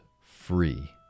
free